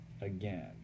again